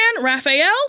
Raphael